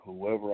whoever